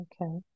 Okay